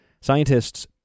Scientists